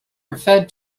referred